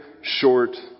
short